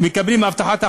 מקבלים הבטחת הכנסה.